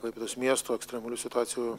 klaipėdos miesto ekstremalių situacijų